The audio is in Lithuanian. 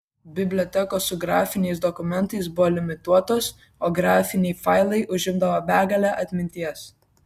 bibliotekos su grafiniais dokumentais buvo limituotos o grafiniai failai užimdavo begalę atminties